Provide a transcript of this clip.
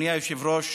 אדוני היושב-ראש,